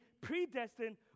predestined